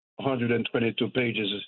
122-pages